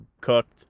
cooked